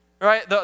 Right